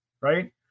right